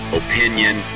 opinion